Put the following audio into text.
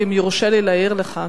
ואם יורשה לי להעיר לך,